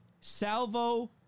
salvo